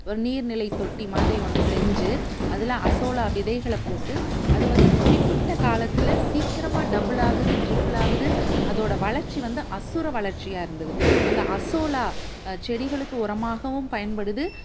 ஒரு நீர்நிலை தொட்டி மாதிரி ஒன்று செஞ்சு அதில் அசோலா விதைகளை போட்டு அது வந்து குறிப்பிட்ட காலத்தில் சீக்கிரமாக டபுள் ஆகுது டிரிபுள் ஆகுது அதோடய வளர்ச்சி வந்து அசூர வளர்ச்சியாக இருந்தது அந்த அசோலா செடிகளுக்கு உரமாகவும் பயன்படுது